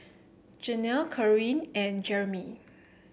Jenelle Karyn and Jeremey